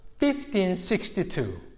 1562